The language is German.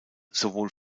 sowohl